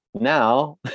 Now